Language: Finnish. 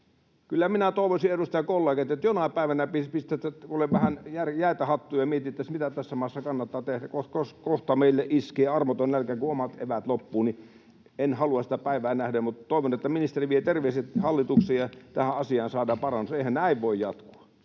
Kyllä minä toivoisin, edustajakollegat, että jonain päivänä pistettäisiin vähän jäitä hattuun ja mietittäisiin, mitä tässä maassa kannattaa tehdä. Kohta meille iskee armoton nälkä, kun omat eväät loppuvat. En halua sitä päivää nähdä, mutta toivon, että ministeri vie terveiset hallitukselle ja tähän asiaan saadaan parannus. Eihän näin voi jatkua.